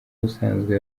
ubusanzwe